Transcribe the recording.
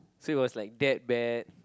so it was like that bad